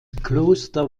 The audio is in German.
kloster